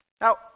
Now